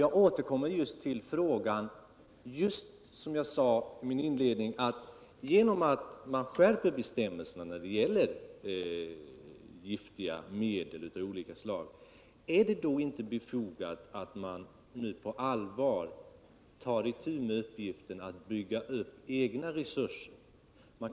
Jag återkommer till vad jag sade i mitt inledningsanförande: När man skärper bestämmelserna i fråga om giftiga medel av olika slag, är det då inte befogat att nu på allvar ta itu med uppgiften att bygga upp egna resurser för analyser av olika bekämpningsmedel?